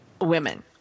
women